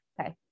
okay